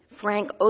Frank